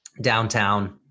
downtown